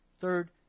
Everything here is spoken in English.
Third